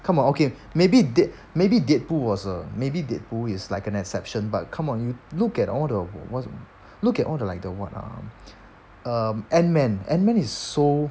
come on okay maybe dead maybe dead pool was uh maybe dead pool is like an exception but come on you look all the was~ look at all the like the what ah um antman antman is so